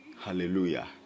Hallelujah